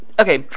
Okay